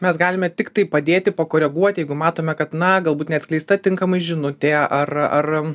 mes galime tiktai padėti pakoreguoti jeigu matome kad na galbūt neatskleista tinkamai žinute ar ar